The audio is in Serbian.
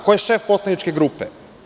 Ko je šef poslaničke grupe?